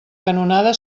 canonada